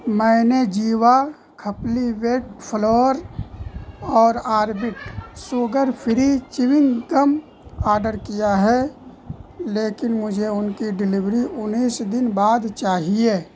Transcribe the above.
میں نے Jiva khapli wheat flour اور Orbit sugar free chewing gum order کیا ہے لیکن مجھے ان کی ڈیلیوری انیس دن بعد چاہیے